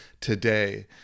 today